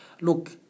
look